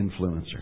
influencer